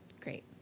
Great